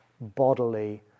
bodily